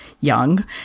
young